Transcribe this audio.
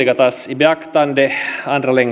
tas i beaktande andra